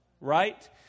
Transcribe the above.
Right